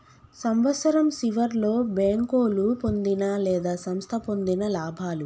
సంవత్సరం సివర్లో బేంకోలు పొందిన లేదా సంస్థ పొందిన లాభాలు